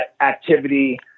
activity